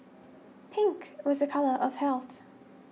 pink was a colour of health